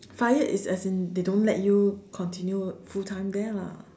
fired is as in they don't let you continue full time there lah